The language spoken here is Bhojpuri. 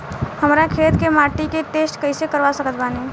हमरा खेत के माटी के टेस्ट कैसे करवा सकत बानी?